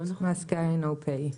Must carry no pay.